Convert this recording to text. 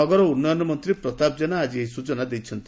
ନଗର ଉନ୍ନୟନ ମନ୍ତୀ ପ୍ରତାପ କେନା ଆକି ଏହି ସ୍ଚନା ଦେଇଛନ୍ତି